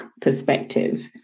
perspective